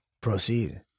proceed